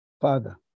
Father